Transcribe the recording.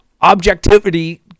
objectivity